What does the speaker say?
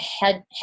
head